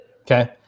Okay